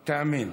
תאמין.